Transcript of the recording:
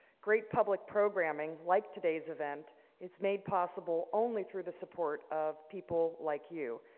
great public programming like today's event is made possible only through the support of people like you.